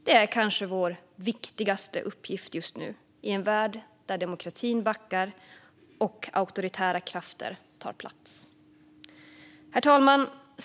Det är vår kanske viktigaste uppgift just nu i en värld där demokratin backar och auktoritära krafter tar plats. Herr talman!